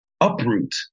uproot